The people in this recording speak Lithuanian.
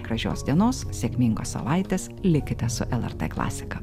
gražios dienos sėkmingos savaitės likite su lrt klasika